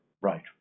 Right